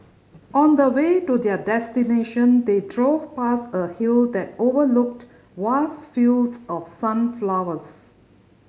on the way to their destination they drove past a hill that overlooked vast fields of sunflowers